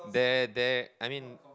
there there I mean